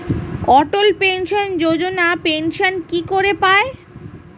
অটল pension Yojana pension কি করে পায়?